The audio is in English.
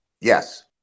Yes